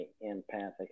empathic